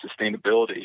sustainability